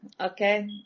okay